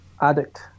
addict